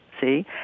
see